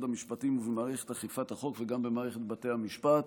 המשפטים ובמערכת אכיפת החוק וגם במערכת בתי המשפט.